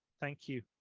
thank you.